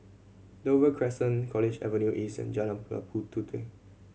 Dover Crescent College Avenue East and Jalan Labu Puteh